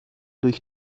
durch